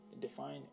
Define